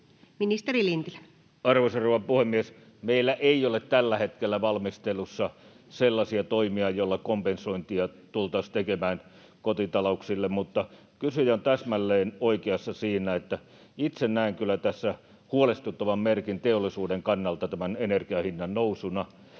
Ministeri Lintilä. Arvoisa rouva puhemies! Meillä ei ole tällä hetkellä valmistelussa sellaisia toimia, joilla kompensointia tultaisiin tekemään kotitalouksille. Mutta kysyjä on täsmälleen oikeassa tässä. Itse näen kyllä tässä huolestuttavan merkin teollisuuden kannalta tämän energian hinnan nousuna.